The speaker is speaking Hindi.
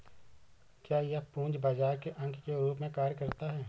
क्या यह पूंजी बाजार के अंग के रूप में कार्य करता है?